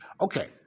Okay